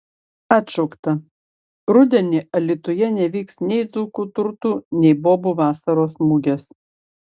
atšaukta rudenį alytuje nevyks nei dzūkų turtų nei bobų vasaros mugės